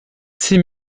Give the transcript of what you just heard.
six